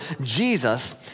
Jesus